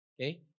Okay